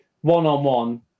one-on-one